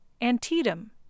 Antietam